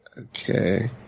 Okay